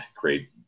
Great